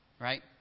right